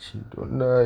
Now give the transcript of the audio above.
don't like